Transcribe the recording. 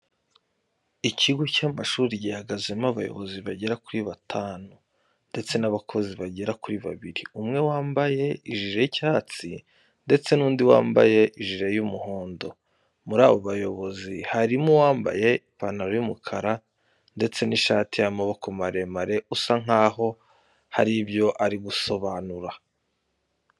Ikigo cy'amashuri gihagazemo abayobozi bagera kuri batanu ndetse n'abandi bakozi bagera kuri babiri, umwe wambaye ijire y'icyatsi ndetse n'undi wambaye ijire y'umuhondo. Muri abo bayobozi harimo uwambaye ipantaro y'umukara ndetse n'ishati y'amaboko maremare, usa nkaho hari ibyo ari kubasobanurira.